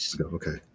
okay